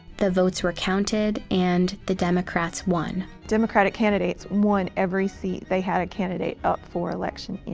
the votes were counted, and the democrats won. democratic candidates won every seat they had a candidate up for election in.